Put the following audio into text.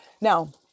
Now